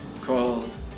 called